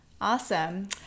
Awesome